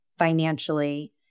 Financially